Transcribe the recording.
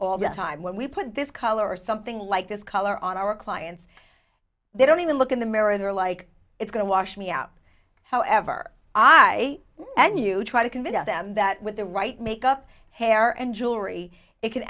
all the time when we put this color or something like this color on our clients they don't even look in the mirror they're like it's going to wash me out however i and you try to convince them that with the right makeup hair and jewelry it can